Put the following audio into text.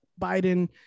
Biden